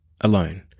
Alone